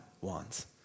wants